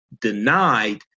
denied